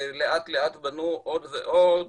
לאט לאט בנו עוד ועוד,